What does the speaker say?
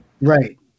right